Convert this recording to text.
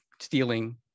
stealing